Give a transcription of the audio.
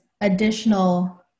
additional